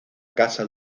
casa